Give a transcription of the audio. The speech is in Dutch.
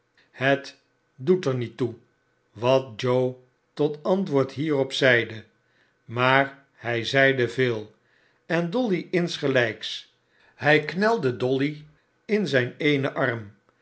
het doet er niet toe wat joe tot antwoord hierop zeide maar hij zeide veel en dolly insgelijks hij knelde dolly in zijn e enen arm